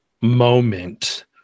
moment